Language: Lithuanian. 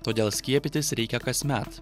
todėl skiepytis reikia kasmet